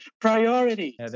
Priority